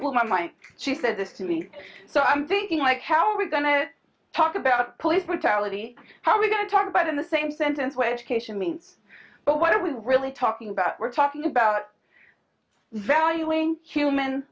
look my my she said this to me so i'm thinking like how are we going to talk about police brutality how are we going to talk about in the same sentence which cation means but what are we really talking about we're talking about valuing human